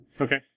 Okay